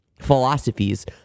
philosophies